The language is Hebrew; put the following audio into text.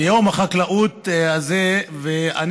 אבל על